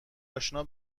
اشنا